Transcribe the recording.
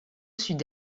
sud